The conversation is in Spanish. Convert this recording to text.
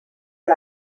del